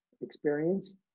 experience